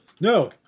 No